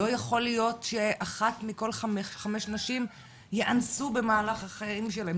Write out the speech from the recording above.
לא יכול להיות שאחת מכל חמש נשים יאנסו במהלך החיים שלהן.